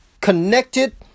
connected